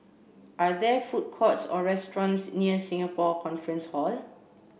are there food courts or restaurants near Singapore Conference Hall